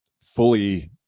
fully